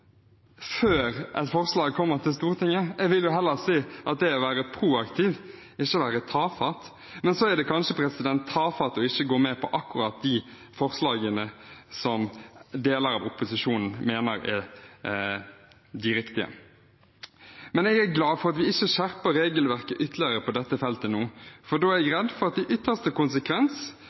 før et forslag kommer til Stortinget. Jeg vil heller si at det er å være proaktiv, ikke å være tafatt. Men så er det kanskje tafatt ikke å gå med på akkurat de forslagene som deler av opposisjonen mener er de riktige. Jeg er glad for at vi ikke skjerper regelverket ytterligere på dette feltet nå, for da er jeg redd for at vi i ytterste konsekvens